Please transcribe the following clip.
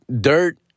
dirt